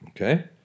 Okay